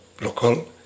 local